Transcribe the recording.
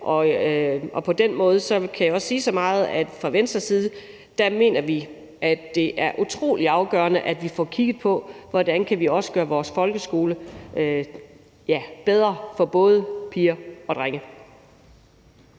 og på den måde kan jeg også sige, at vi fra Venstres side mener, at det er utrolig afgørende, at vi får kigget på, hvordan vi kan gøre vores folkeskole bedre for både piger og drenge.